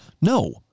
No